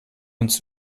uns